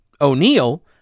O'Neill